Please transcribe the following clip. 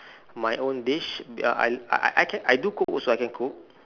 my own dish ya I I I can do cook also I can cook